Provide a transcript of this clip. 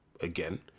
again